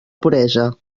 puresa